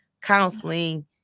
counseling